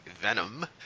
Venom